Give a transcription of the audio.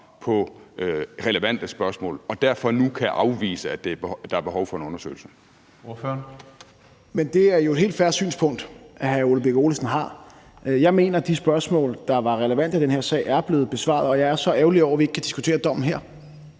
(Karsten Hønge): Ordføreren. Kl. 17:14 Morten Dahlin (V): Men det er jo et helt fair synspunkt, hr. Ole Birk Olesen har. Jeg mener, at de spørgsmål, der var relevante i den her sag, er blevet besvaret, og jeg er så ærgerlig over, at vi ikke kan diskutere dommen her.